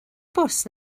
bws